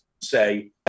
say